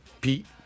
Pete